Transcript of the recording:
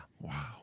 Wow